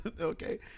Okay